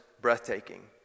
breathtaking